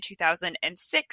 2006